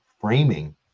framing